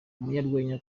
umunyarwenya